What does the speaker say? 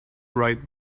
right